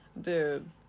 Dude